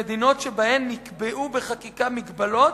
שבמדינות שבהן נקבעו בחקיקה הגבלות,